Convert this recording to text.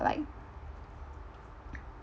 like